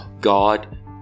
God